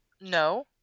No